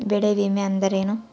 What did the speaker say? ಬೆಳೆ ವಿಮೆ ಅಂದರೇನು?